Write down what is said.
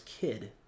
kid